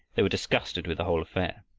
they were disgusted with the whole affair,